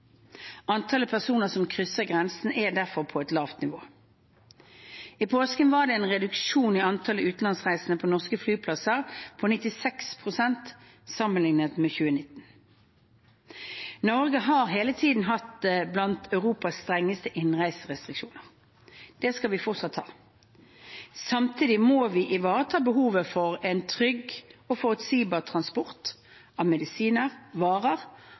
Antallet personer som krysser grensen, er derfor på et lavt nivå. I påsken var det en reduksjon i antall utenlandsreisende på norske flyplasser på 96 pst. sammenliknet med 2019. Norge har hele tiden hatt blant Europas strengeste innreiserestriksjoner. Det skal vi fortsatt ha. Samtidig må vi ivareta behovet for en trygg og forutsigbar transport av medisiner, varer